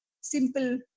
simple